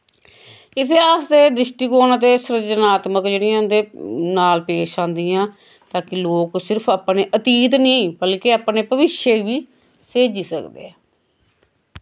इतिहीस दे द्रिश्टिकोण ते सरिजनात्मक जेह्ड़ियां उंदे नाल पेश आंदियां ताकि लोक सिर्फ अपने अतीत निं बल्के अपने भविश्य गी सहेजी सकदे